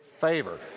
favor